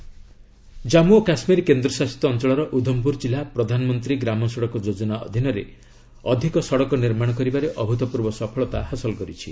JK PM GSY Jammu ଓ କାଶ୍ମୀର କେନ୍ଦ୍ରଶାସିତ ଅଞ୍ଚଳ ଉଦ୍ଧମପୁର ଜିଲ୍ଲା ପ୍ରଧାନମନ୍ତ୍ରୀ ଗ୍ରାମ ସଡ଼କ ଯୋଜନା ଅଧୀନରେ ଅଧିକ ସଡ଼କ ନିର୍ମାଣ କରିବାରେ ଅଭ୍ରତପୂର୍ବ ସଫଳତା ହାସଲ କରିଛି